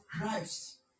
Christ